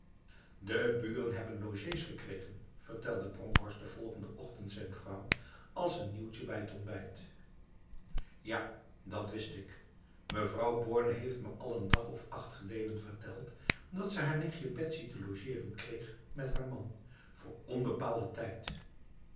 de buren hebben logés gekregen vertelde bronkhorst de volgende ochtend zijn vrouw als een nieuwtje bij het ontbijt ja dat wist ik mevrouw borne heeft me al n dag of acht geleden verteld dat ze haar nicht betsy te logeren kreeg met haar man voor onbepaalde tijdf